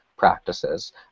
practices